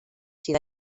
sydd